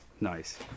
Nice